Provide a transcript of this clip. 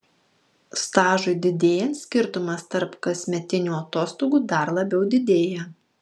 stažui didėjant skirtumas tarp kasmetinių atostogų dar labiau didėja